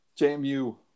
JMU